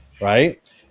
right